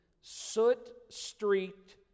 soot-streaked